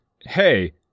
hey